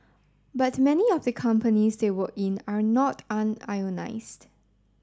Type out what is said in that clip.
but many of the companies they work in are not unionised